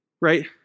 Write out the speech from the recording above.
right